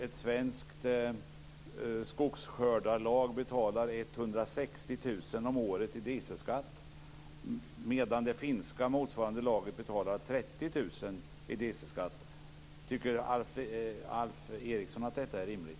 Ett svenskt skogsskördarlag betalar 160 000 kr om året i dieselskatt, medan det finska motsvarande laget betalar 30 000 kr om året i dieselskatt. Tycker Alf Eriksson att detta är rimligt?